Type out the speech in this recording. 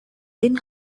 then